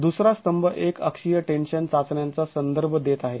दुसरा स्तंभ एक अक्षीय टेन्शन चाचण्यांचा संदर्भ देत आहे